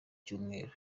cyumweru